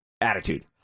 attitude